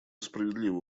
справедливо